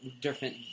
different